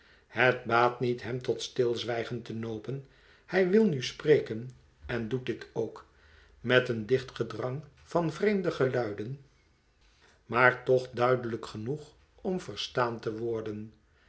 het baat niet hem tot stilzwijgen te nopen hjj wil nu spreken en doet dit ook met een dicht gedrang van vreemde geluiden maar toch duidelijk genoeg om verstaan te worden